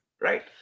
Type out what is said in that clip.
Right